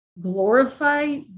glorify